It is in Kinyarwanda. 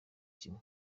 kimwe